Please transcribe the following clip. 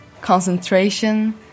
concentration